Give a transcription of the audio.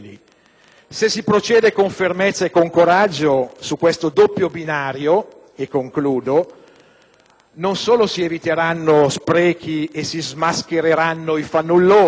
Se si procede con fermezza e con coraggio su questo doppio binario, non solo si eviteranno sprechi e si smaschereranno i fannulloni,